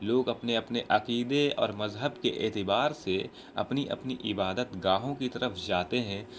لوگ اپنے اپنے عقیدے اور مذہب کے اعتبار سے اپنی اپنی عبادت گاہوں کی طرف جاتے ہیں